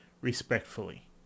respectfully